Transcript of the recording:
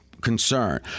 concern